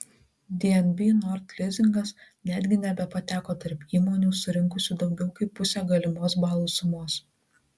dnb nord lizingas netgi nebepateko tarp įmonių surinkusių daugiau kaip pusę galimos balų sumos